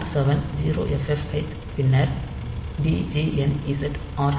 r7 0ffh பின்னர் djnz r7